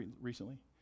recently